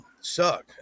suck